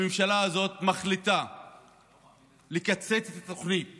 הממשלה הזאת מחליטה לקצץ את התוכנית